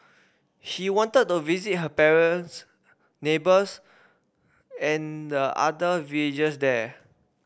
he wanted to visit her brines neighbours and the other villagers there